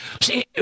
See